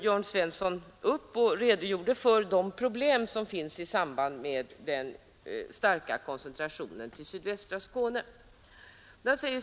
Jörn Svensson redogjorde för de problem som finns i samband med den starka koncentrationen till sydvästra Skåne.